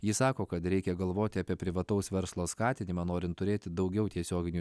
ji sako kad reikia galvoti apie privataus verslo skatinimą norint turėti daugiau tiesioginių